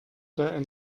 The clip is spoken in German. der